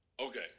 Okay